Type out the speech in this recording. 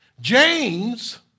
James